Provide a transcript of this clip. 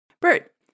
Bert